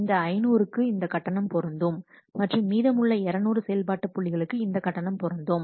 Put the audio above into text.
இந்த 500க்கு இந்த கட்டணம் பொருந்தும் மற்றும் மீதமுள்ள 200 செயல்பாட்டு புள்ளிகளுக்கு இந்த கட்டணம் பொருந்தும்